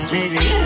Baby